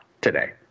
today